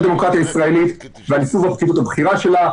הדמוקרטיה הישראלית ועל עיצוב הפקידות הבכירה שלה.